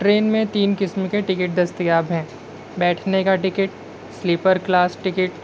train میں تین قسم کے ٹکٹ دستیاب ہیں بیٹھنے کا ٹکٹ سیلیپر کلاس ٹکٹ